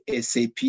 SAP